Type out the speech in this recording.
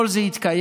כל זה התקיים,